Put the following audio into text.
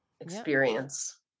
experience